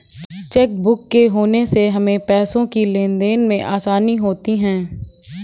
chequebook के होने से हमें पैसों की लेनदेन में आसानी होती हैँ